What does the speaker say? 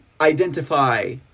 identify